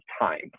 time